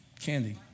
Candy